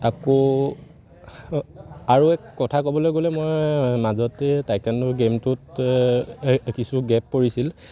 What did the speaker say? আকৌ আৰু এক কথা ক'বলৈ গ'লে মই মাজতেই টাইকোৱনড'ৰ গে'মটোত কিছু গেপ পৰিছিল